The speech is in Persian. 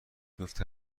میفته